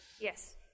Yes